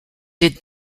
did